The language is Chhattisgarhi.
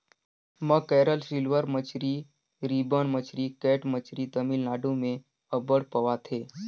मकैरल, सिल्वर मछरी, रिबन मछरी, कैट मछरी तमिलनाडु में अब्बड़ पवाथे